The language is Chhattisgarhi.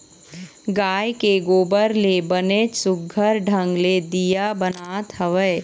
गाय के गोबर ले बनेच सुग्घर ढंग ले दीया बनात हवय